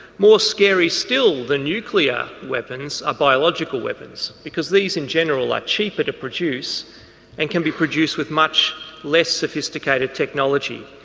more scary still the nuclear weapons are biological weapons because these in general are cheaper to produce and can be produced with much less sophisticated technology.